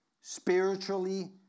spiritually